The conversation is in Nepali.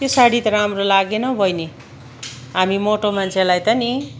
त्यो सारी त राम्रो लागेन हौ बहिनी हामी मोटो मान्छेलाई त नि